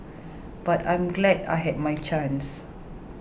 but I'm glad I had my chance